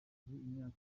imyaka